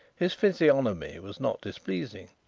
his physiognomy was not displeasing,